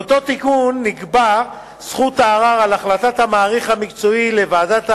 באותו תיקון נקבעה זכות הערר על החלטת המעריך המקצועי לוועדת העררים,